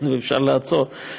ואפשר לעצור.